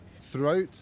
Throughout